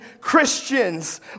Christians